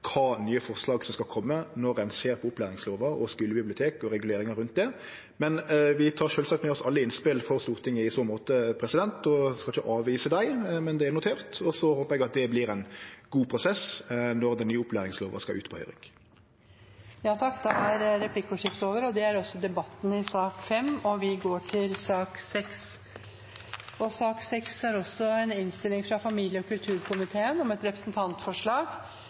kva nye forslag som skal kome når ein ser på opplæringslova, skulebibliotek og reguleringa rundt det. Men vi tek sjølvsagt med oss alle innspel frå Stortinget i så måte og skal ikkje avvise dei. Det er notert, og så håpar eg at det vert ein god prosess når den nye opplæringslova skal ut på høyring. Replikkordskiftet er over. Flere har ikke bedt om ordet til sak nr. 5. Etter ønske fra familie- og kulturkomiteen vil presidenten ordne debatten slik: 3 minutter til hver partigruppe og